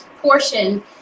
portion